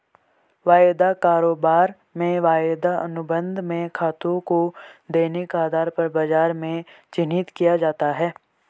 वायदा कारोबार में वायदा अनुबंध में खातों को दैनिक आधार पर बाजार में चिन्हित किया जाता है